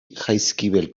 jaizkibel